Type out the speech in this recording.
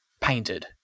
painted